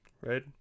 right